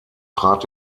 trat